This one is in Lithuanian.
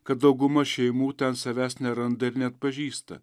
kad dauguma šeimų ten savęs neranda ir neatpažįsta